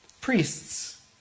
Priests